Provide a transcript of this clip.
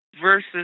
versus